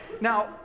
Now